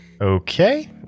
Okay